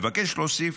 מבקש להוסיף: